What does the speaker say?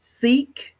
seek